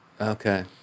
Okay